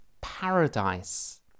paradise